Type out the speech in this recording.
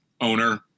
owner